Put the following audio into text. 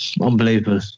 unbelievable